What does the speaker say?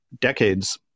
decades